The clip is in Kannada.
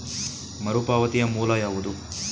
ಮರುಪಾವತಿಯ ಮೂಲ ಯಾವುದು?